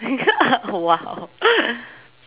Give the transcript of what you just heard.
!wow!